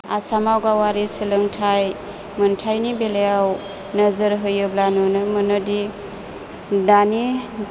आसामाव गावारि सोलोंथाइ मोन्थाइनि बेलायाव नोजोर होयोब्ला नुनो मोनोदि दानि